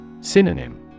Synonym